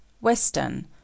western